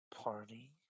party